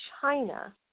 China